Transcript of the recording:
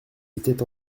était